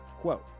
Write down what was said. quote